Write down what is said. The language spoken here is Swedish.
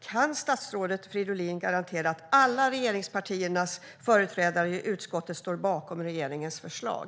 Kan statsrådet Fridolin garantera att alla företrädare för regeringspartierna i utskottet står bakom regeringens förslag?